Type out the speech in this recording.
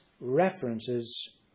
references